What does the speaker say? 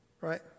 Right